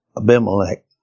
Abimelech